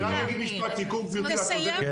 אני רק אגיד משפט סיכום, גברתי, הדברים